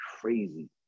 crazy